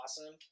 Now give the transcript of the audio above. awesome